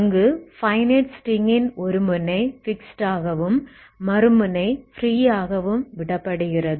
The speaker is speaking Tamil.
அங்கு ஃபைனைட் ஸ்ட்ரிங் ஒரு முனை ஃபிக்ஸ்ட் ஆகவும் மறுமுனை ஃப்ரீ ஆகவும் விடப்படுகிறது